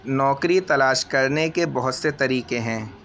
نوکری تلاش کرنے کے بہت سے طریقے ہیں